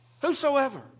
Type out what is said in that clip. Whosoever